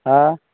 हां